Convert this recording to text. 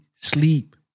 sleep